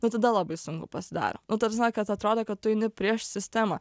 nu tada labai sunku pasidaro nu ta prasme kad atrodo kad tu eini prieš sistemą